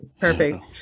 Perfect